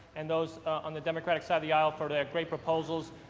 and those on the democratic side of the aisle for their great proposals,